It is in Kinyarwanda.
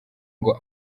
ngo